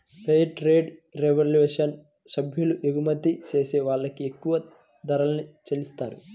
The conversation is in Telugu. ఫెయిర్ ట్రేడ్ రెవల్యూషన్ సభ్యులు ఎగుమతి చేసే వాళ్ళకి ఎక్కువ ధరల్ని చెల్లిత్తారు